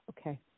Okay